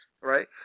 right